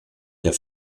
der